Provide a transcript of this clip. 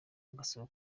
bagasaba